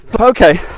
Okay